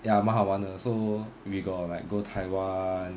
ya 蛮好玩的 so we got like go taiwan